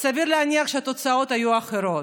אז סביר להניח שהתוצאות היו אחרות.